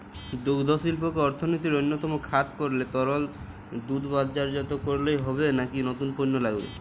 দুগ্ধশিল্পকে অর্থনীতির অন্যতম খাত করতে তরল দুধ বাজারজাত করলেই হবে নাকি নতুন পণ্য লাগবে?